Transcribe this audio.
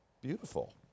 beautiful